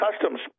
customs